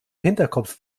hinterkopf